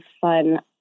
fun